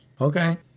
okay